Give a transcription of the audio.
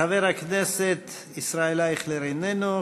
חבר הכנסת ישראל אייכלר, איננו.